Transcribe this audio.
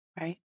right